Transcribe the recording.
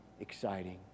exciting